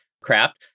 craft